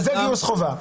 זה גיוס חובה.